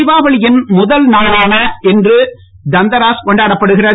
திபாவளியின் முதல் நாளான இன்று தந்தராசாக கொண்டாடப்படுகிறது